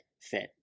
fit